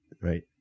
Right